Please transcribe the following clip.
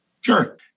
Sure